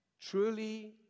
Truly